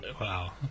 Wow